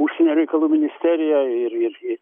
užsienio reikalų ministerija ir ir ir